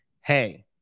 hey